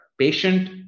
Patient